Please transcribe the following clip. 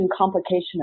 complication